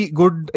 good